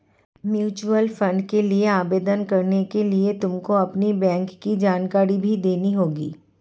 mutual fund के लिए आवेदन करने के लिए तुमको अपनी बैंक की जानकारी भी देनी होगी